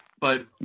But-